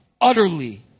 utterly